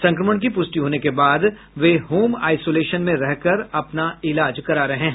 संक्रमण की पुष्टि होने के बाद वे होम आईसोलेशन में रहकर अपना इलाज करा रहे हैं